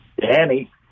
Danny